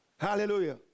Hallelujah